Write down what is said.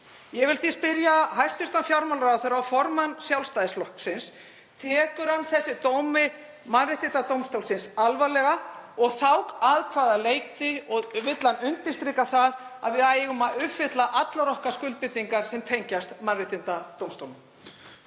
Ég vil því spyrja hæstv. fjármálaráðherra og formann Sjálfstæðisflokksins: Tekur hann þennan dóm Mannréttindadómstólsins alvarlega og þá að hvaða leyti og vill hann undirstrika það að við eigum að uppfylla allar okkar skuldbindingar sem tengjast Mannréttindadómstólnum?